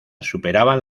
superaban